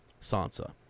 Sansa